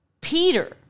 Peter